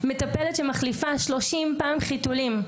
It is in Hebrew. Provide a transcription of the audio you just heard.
מטפלת שמחליפה 30 פעם חיתולים.